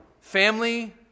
Family